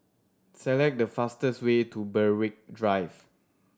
select the fastest way to Berwick Drive